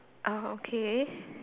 oh okay